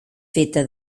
feta